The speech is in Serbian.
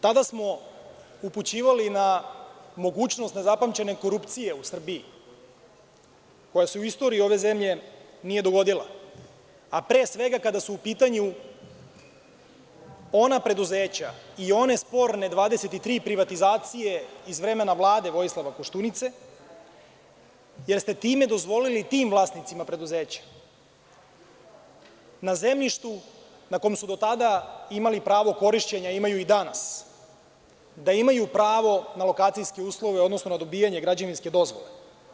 Tada smo upućivali na mogućnost nezapamćene korupcije u Srbiji, koja se u istoriji ove zemlje nije dogodila, a pre svega kada su u pitanju ona preduzeća i one sporne 23 privatizacije iz vremena Vlade Vojislava Koštunice, jer ste time dozvolili tim vlasnicima preduzeća na zemljištu na kom su do tada imali pravo korišćenja, a imaju i danas, da imaju pravo na lokacijske uslove, odnosno na dobijanje građevinske dozvole.